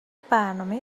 برنامه